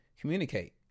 communicate